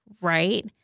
right